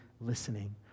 listening